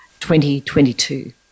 2022